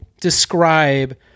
describe